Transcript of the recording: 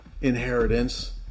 inheritance